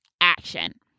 action